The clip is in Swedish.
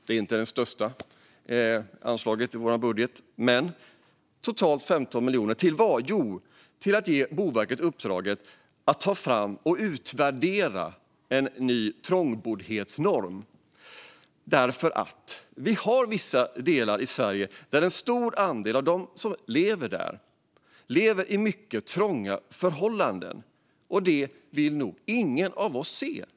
Det är inte det största anslaget i vår budget, men totalt blir det 15 miljoner för att ge Boverket uppdraget att ta fram och utvärdera en ny trångboddhetsnorm. I vissa delar av Sverige är det en stor andel av befolkningen som lever i mycket trånga förhållanden. Så vill nog ingen av oss att det ska vara.